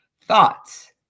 thoughts